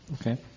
Okay